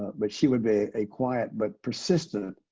but but she would be a quiet, but persistent,